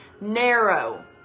narrow